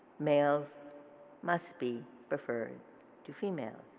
males must be preferred to females.